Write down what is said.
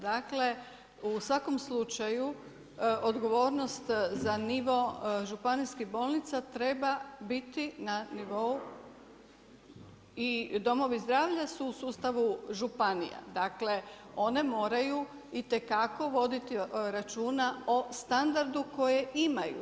Dakle u svakom slučaju odgovornost za nivo županijskih bolnica treba biti na nivou …… [[Upadica se ne čuje.]] I domovi zdravlja su u sustavu županija, dakle one moraju itekako voditi računa o standardu koji imaju.